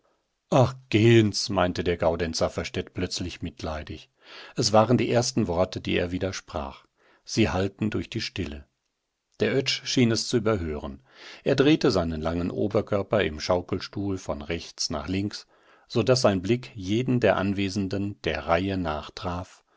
meinte der gaudenz safferstätt plötzlich mitleidig es waren die ersten worte die er wieder sprach sie hallten durch die stille der oetsch schien es zu überhören er drehte seinen langen oberkörper im schaukelstuhl von rechts nach links so daß sein blick jeden der anwesenden der reihe nach